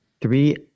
Three